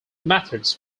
methods